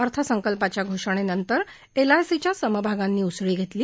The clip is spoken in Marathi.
अर्थसंकल्पाच्या घोषणेनंतर क्रिआयसीच्या समभागांनी उसळी घेतली